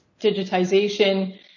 digitization